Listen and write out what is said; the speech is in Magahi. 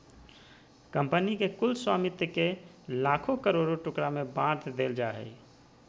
कंपनी के कुल स्वामित्व के लाखों करोड़ों टुकड़ा में बाँट देल जाय हइ